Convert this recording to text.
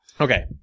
okay